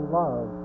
love